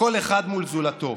כל אחד מול זולתו.